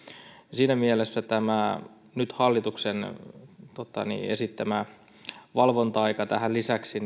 siinä mielessä on valitettavaa että tämä hallituksen nyt esittämä valvonta aika tähän lisäksi